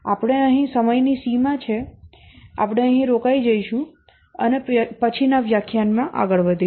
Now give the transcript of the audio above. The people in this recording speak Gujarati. આપણે અહીં સમયની સીમા છે આપણે અહીં રોકાઈ જઈશું અને પછીનાં વ્યાખ્યાનમાં આગળ વધીશું